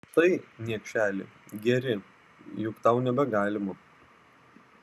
tai niekšeli geri juk tau nebegalima